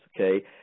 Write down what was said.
okay